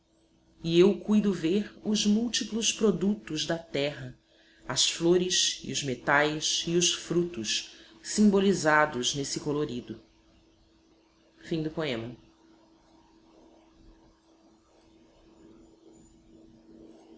e eu cuido ver os múltiplos produtos da terra as flores e os metais e os frutos simbolizados nesse colorido envelheci a